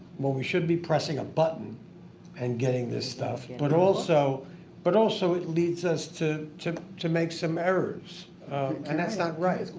where we should be pressing a button and getting this stuff, but also but also it leads us to to make some errors and that's not right.